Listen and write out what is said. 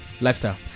lifestyle